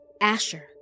Asher